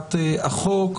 הצעת החוק.